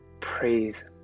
Praise